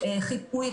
אני מקווה שזה התקדם.